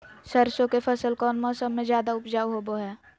सरसों के फसल कौन मौसम में ज्यादा उपजाऊ होबो हय?